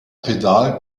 pedal